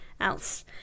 else